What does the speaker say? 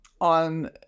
on